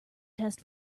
test